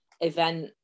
event